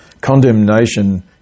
condemnation